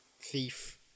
thief